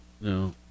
no